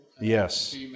Yes